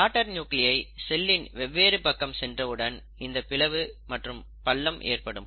daughter நியூகிளியை செல்லின் வெவ்வேறு பக்கம் சென்ற உடன் இந்தப் பிளவு மற்றும் பள்ளம் ஏற்படும்